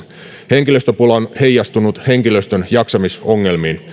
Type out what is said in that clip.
henkilöstöpula on heijastunut henkilöstön jaksamisongelmina